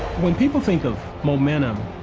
when people think of momentum,